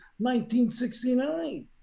1969